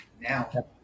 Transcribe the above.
now